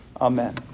Amen